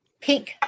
Pink